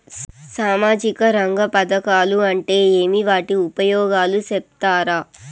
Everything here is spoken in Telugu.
సామాజిక రంగ పథకాలు అంటే ఏమి? వాటి ఉపయోగాలు సెప్తారా?